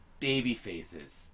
babyfaces